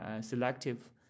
selective